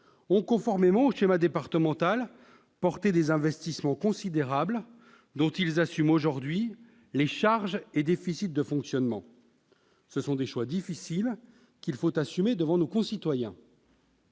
ont, conformément au schéma départemental, engagé des investissements considérables dont ils assument aujourd'hui les charges et déficits de fonctionnement. Ce sont des choix difficiles qu'il leur faut assumer devant leurs concitoyens.